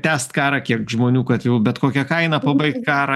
tęst karą kiek žmonių kad jau bet kokia kaina pabaigt karą